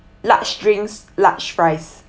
large drinks large fries